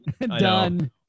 Done